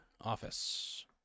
office